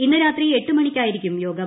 ഇന്ന് രാത്രി എട്ട് മണിക്കായിരിക്കും യോഗം